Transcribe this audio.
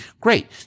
Great